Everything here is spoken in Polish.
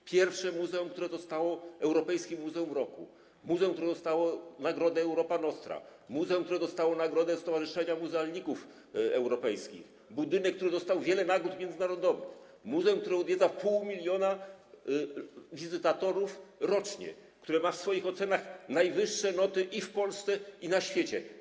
To pierwsze muzeum, które zostało Europejskim Muzeum Roku, to muzeum, które dostało nagrodę Europa Nostra, to muzeum, które dostało nagrodę stowarzyszenia muzealników europejskich, to budynek, który dostał wiele nagród międzynarodowych, to muzeum, które odwiedza pół miliona wizytatorów rocznie, które ma w swoich ocenach najwyższe noty i w Polsce, i na świecie.